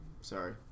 Sorry